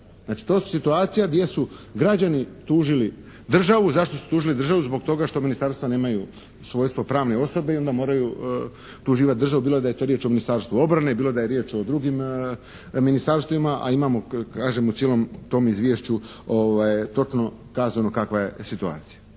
Znači to su situacija gdje su građani tužili državu. Zašto su tužili državu? Zbog toga što ministarstva nemaju svojstvo pravne osobe i onda moraju tužiti državu, bilo da je to riječ o Ministarstvu obrane, bilo da je riječ o drugim ministarstvima, a imamo kažem u cijelom tom izvješću točno kazano kakva je situacija.